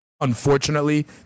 Unfortunately